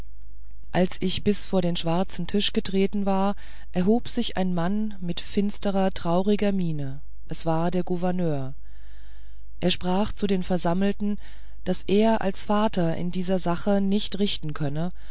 als ich bis vor den schwarzen tisch getreten war erhob sich ein mann mit finsterer trauriger miene es war der gouverneur er sprach zu den versammelten daß er als vater in dieser sache nicht richten könne